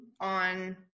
on